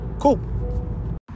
cool